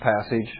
passage